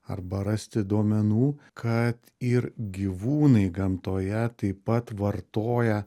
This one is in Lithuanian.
arba rasti duomenų kad ir gyvūnai gamtoje taip pat vartoja